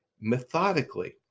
methodically